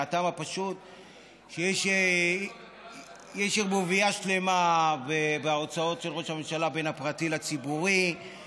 מהטעם הפשוט שיש ערבוביה שלמה בהוצאות של ראש הממשלה בין הפרטי לציבורי,